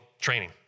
training